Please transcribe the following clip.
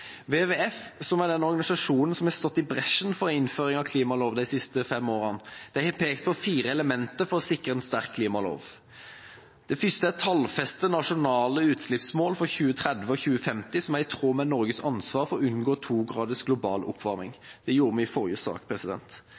WWF, som er den organisasjonen som har gått i bresjen for innføring av klimalov de siste fem årene, har pekt på fire elementer for å sikre en sterk klimalov: Tallfeste nasjonale utslippsmål for 2030 og 2050, som er i tråd med Norges ansvar for å unngå 2 graders global oppvarming – det gjorde vi i forrige sak.